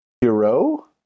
Hero